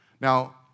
Now